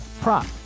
prop